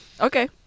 Okay